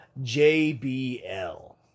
JBL